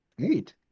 Eight